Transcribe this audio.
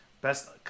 best